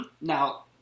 Now